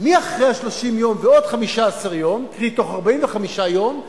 מאחרי ה-30 ועוד 15 יום, קרי בתוך 45 יום,